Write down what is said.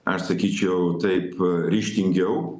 aš sakyčiau taip ryžtingiau